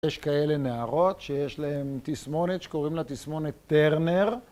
יש כאלה נערות שיש להן תסמונת שקוראים לה תסמונת טרנר